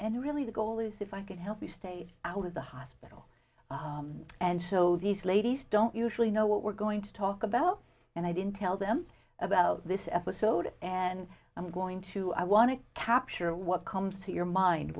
and really the goal is if i can help you stay out of the hospital and so these ladies don't usually know what we're going to talk about and i didn't tell them about this episode and i'm going to i want to capture what comes to your mind